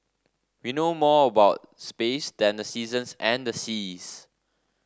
we know more about space than the seasons and the seas